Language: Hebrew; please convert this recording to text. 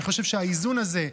ואני חושב שהאיזון הזה,